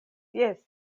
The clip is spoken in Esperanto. jes